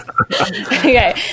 Okay